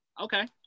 okay